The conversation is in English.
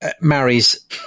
marries